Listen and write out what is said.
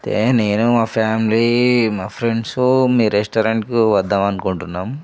అదే నేను మా ఫ్యామిలీ మా ఫ్రెండ్సు మీ రెస్టారెంట్కు వద్దామనుకుంటున్నాం